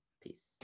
Peace